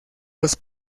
los